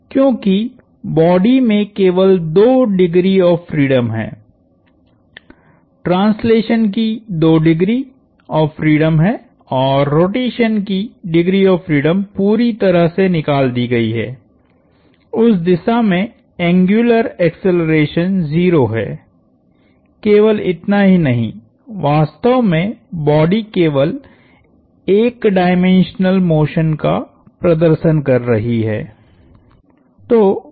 क्योंकि बॉडी में केवल 2 डिग्री ऑफ़ फ्रीडम है ट्रांसलेशन की दो डिग्री ऑफ़ फ्रीडम है और रोटेशन की डिग्री ऑफ़ फ्रीडम पूरी तरह से निकाल दी गयी है उस दिशा में एंग्युलर एक्सेलरेशन 0 है केवल इतना ही नहीं वास्तव में बॉडी केवल एक डायमेंशनल मोशन का प्रदर्शन कर रही है